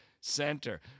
Center